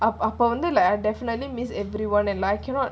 அப்ப அப்ப வந்து: apa apa vandhu definitely means everyone in life cannot